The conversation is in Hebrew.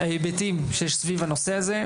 ההיבטים שיש סביב הנושא הזה.